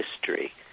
history